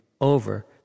over